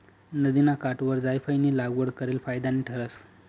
नदिना काठवर जायफयनी लागवड करेल फायदानी ठरस